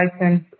license